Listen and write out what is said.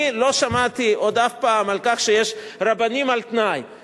אני לא שמעתי עוד אף פעם שיש רבנים על-תנאי,